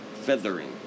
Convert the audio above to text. Feathering